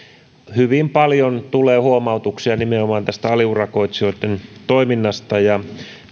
hyvin paljon tulee huomautuksia nimenomaan tästä aliurakoitsijoitten toiminnasta ja